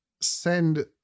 send